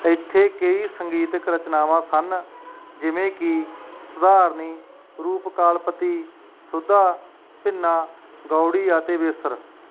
ਇੱਥੇ ਕਈ ਸੰਗੀਤਕ ਰਚਨਾਵਾਂ ਸਨ ਜਿਵੇਂ ਕਿ ਸਾਧਾਰਣੀ ਰੂਪਕਾਲਪਤੀ ਸ਼ੁੱਧਾ ਭਿੰਨਾ ਗੌੜੀ ਅਤੇ ਵੇਸਰ